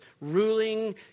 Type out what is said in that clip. ruling